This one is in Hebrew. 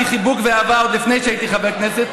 חיבוק ואהבה עוד לפני שהייתי חבר כנסת.